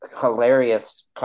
hilarious